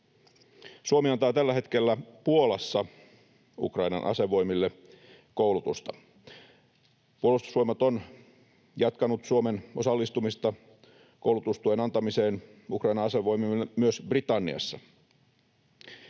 Suomi antaa tällä hetkellä Puolassa Ukrainan asevoimille koulutusta. Puolustusvoimat on jatkanut Suomen osallistumista koulutustuen antamiseen Ukrainan asevoimille myös Britanniassa.